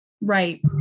Right